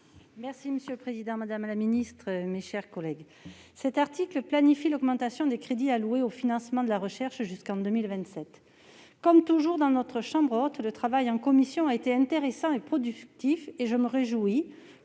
Monsieur le président, madame la ministre, mes chers collègues,